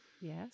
Yes